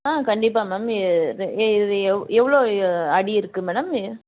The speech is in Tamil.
ஆ கண்டிப்பாக மேம் இது எவ்வளோ அடி இருக்குது மேடம் இது